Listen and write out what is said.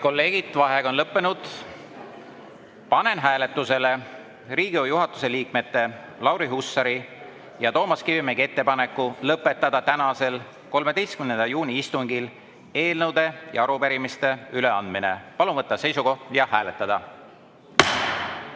kolleegid, vaheaeg on lõppenud. Panen hääletusele Riigikogu juhatuse liikmete Lauri Hussari ja Toomas Kivimägi ettepaneku lõpetada tänasel, 13. juuni istungil eelnõude ja arupärimiste üleandmine. Palun võtta seisukoht ja hääletada!